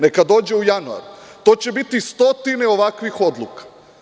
Neka dođe u januaru, to će biti stotine ovakvih odluka.